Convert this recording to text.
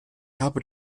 habe